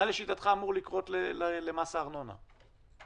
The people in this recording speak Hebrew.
מה לשיטתך אמור לקרות למס הארנונה?